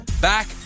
back